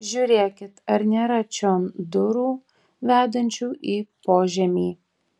žiūrėkit ar nėra čion durų vedančių į požemį